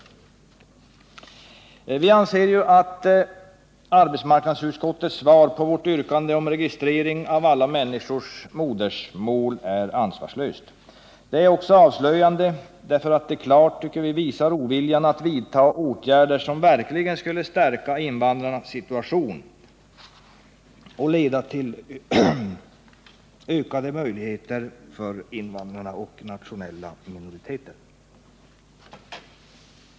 Vi anser att arbetsmarknadsutskottets svar på vårt yrkande om registrering av alla människors modersmål är ansvarslöst. Samtidigt är det avslöjande, eftersom det klart visar oviljan att vidta åtgärder som verkligen skulle stärka invandrarnas situation och leda till ökade möjligheter för invandrarna och för nationella minoriteter att nå jämställdhet i samhället.